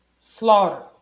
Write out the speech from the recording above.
slaughter